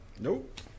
Nope